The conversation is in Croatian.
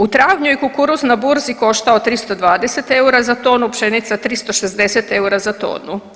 U travnju je kukuruz na burzi koštao 320 eura za tonu pšenice, a 360 eura za tonu.